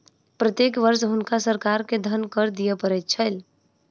प्रत्येक वर्ष हुनका सरकार के धन कर दिअ पड़ैत छल